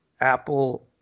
Apple